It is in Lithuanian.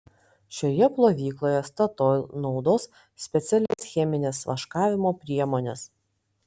šioje plovykloje statoil naudos specialias chemines vaškavimo priemones